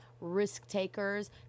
risk-takers